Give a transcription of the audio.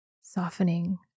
softening